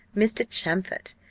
mr. champfort.